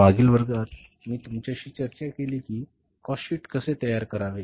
मागील वर्गात मी आपल्याशी चर्चा केली की काॅस्ट शीट कसे तयार करावे